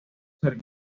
pueblos